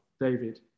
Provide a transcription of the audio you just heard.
David